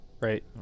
Right